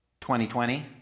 2020